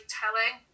telling